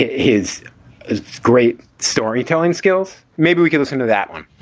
his great storytelling skills. maybe we can listen to that one.